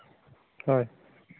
ᱦᱳᱭ